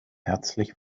herzlich